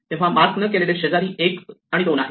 तेव्हा मार्क न केलेले शेजारी 12 आहे